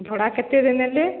ଭଡ଼ା କେତେରେ ନେଲେ